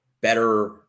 better